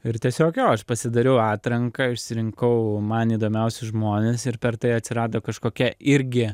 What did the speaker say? ir tiesiog jo aš pasidariau atranką išsirinkau man įdomiausius žmones ir per tai atsirado kažkokia irgi